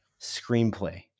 screenplay